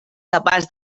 capaç